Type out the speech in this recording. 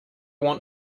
want